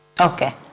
Okay